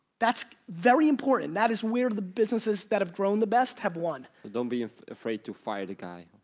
that's very important. that is where the businesses that have grown the best have won. don't be afraid to fire the guy.